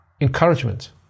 encouragement